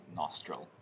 nostril